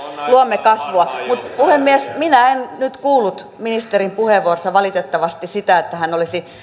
luomme kasvua puhemies minä en nyt kuullut ministerin puheenvuorossa valitettavasti sitä että hän olisi